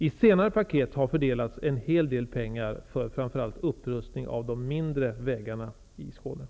I senare paket har en hel del pengar fördelats till framför allt upprustning av de mindre vägarna i Skåne.